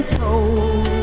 told